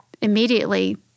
immediately